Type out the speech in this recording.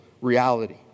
reality